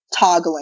toggling